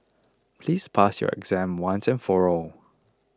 please pass your exam once and for all